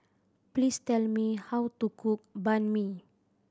please tell me how to cook Banh Mi